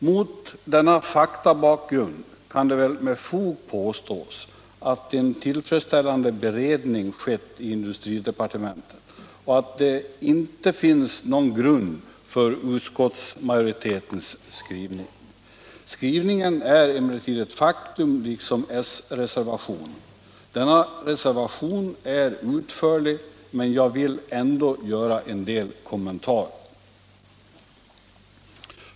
; Mot denna faktabakgrund kan det väl med fog påstås att en tillfredsställande beredning skett i industridepartementet och att det inte finns någon grund för utskottsmajoritetens skrivning. Skrivningen är emellertid ett faktum, liksom s-reservationen. Denna reservation är utförlig, men jag vill ändå göra en del kommentarer.